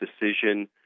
decision